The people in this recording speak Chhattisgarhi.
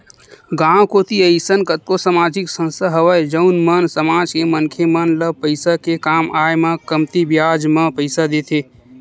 गाँव कोती अइसन कतको समाजिक संस्था हवय जउन मन समाज के मनखे मन ल पइसा के काम आय म कमती बियाज म पइसा देथे